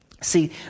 See